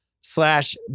slash